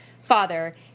father